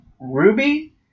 Ruby